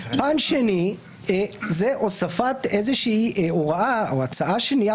פן שני הוא הוספת איזושהי הוראה - או הצעה שנייה